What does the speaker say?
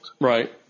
Right